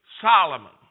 Solomon